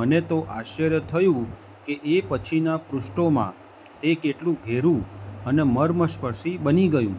મને તો આશ્ચર્ય થયું કે એ પછીના પૃષ્ઠોમાં તે કેટલું ઘેરું અને મર્મસ્પર્શી બની ગયું